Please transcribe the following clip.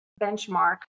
benchmark